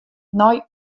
nei